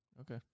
Okay